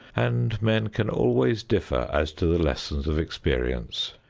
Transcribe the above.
and men can always differ as to the lessons of experience.